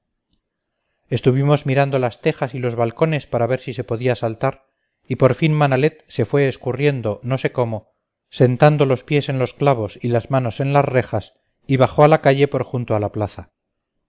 estuvimos mirando las rejas y los balcones para ver si se podía saltar y por fin manalet se fue escurriendo no sé cómo sentando los pies en los clavos y las manos en las rejas y bajó a la calle por junto a la plaza